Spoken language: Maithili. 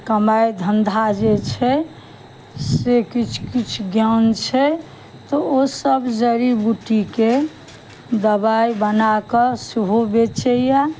कमाइ धन्धा जे छै से किछु किछु ज्ञान छै तऽ ओ सभ जड़ी बूटीके दबाइ बनाकऽ सेहो बेचैया